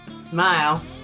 Smile